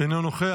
אינו נוכח.